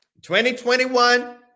2021